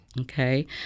okay